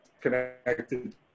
connected